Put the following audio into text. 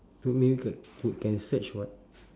good can stretch [what]